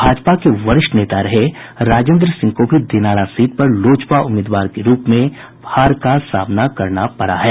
भाजपा के वरिष्ठ नेता रहे राजेन्द्र सिंह को भी दिनारा सीट पर लोजपा उम्मीदवार के रूप में पराजय का सामना करना पड़ा है